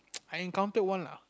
I encountered one lah